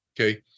Okay